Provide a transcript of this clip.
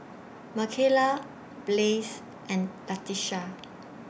Mikaela Blaise and Latisha